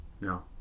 No